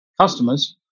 customers